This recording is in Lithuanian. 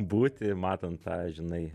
būti matant tą žinai